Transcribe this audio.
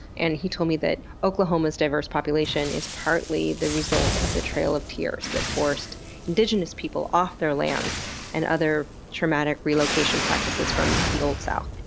and he told me oklahoma's diverse population is partly the result of the trail of tears that forced indigenous people off their lands and other traumatic relocation practices from the old south.